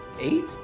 eight